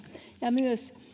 myös